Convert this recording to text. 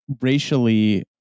racially